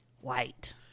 White